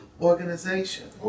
organization